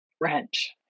wrench